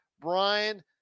Brian